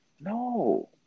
no